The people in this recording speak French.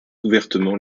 ouvertement